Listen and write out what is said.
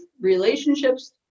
relationships